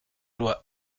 loi